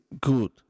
good